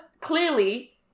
clearly